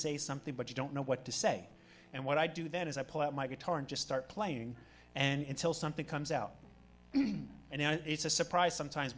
say something but you don't know what to say and what i do that is i pull out my guitar and just start playing and it's all something comes out and it's a surprise sometimes